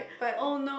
but